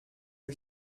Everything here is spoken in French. que